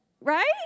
Right